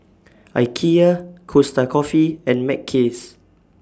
Ikea Costa Coffee and Mackays